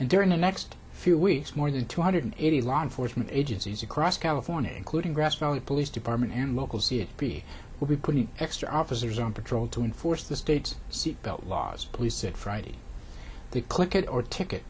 and during the next few weeks more than two hundred eighty law enforcement agencies across california including grass valley police department and locals it be will be putting extra officers on patrol to enforce the state's seatbelt laws police said friday the click it or ticket